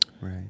Right